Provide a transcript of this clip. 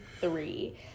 three